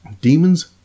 Demons